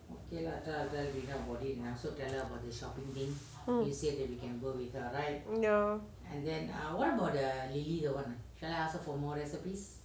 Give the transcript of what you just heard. ya